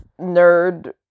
nerd